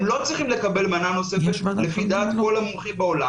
הם לא צריכים לקבל מנה נוספת לפי דעת כל המומחים בעולם